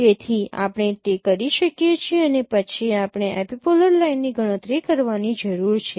તેથી આપણે તે કરી શકીએ છીએ અને પછી આપણે એપિપોલર લાઇન ની ગણતરી કરવાની જરૂર છે